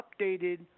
updated